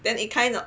then it kind of